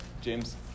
James